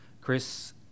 Chris